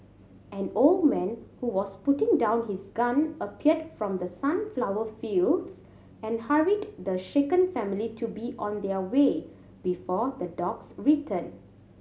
an old man who was putting down his gun appeared from the sunflower fields and hurried the shaken family to be on their way before the dogs return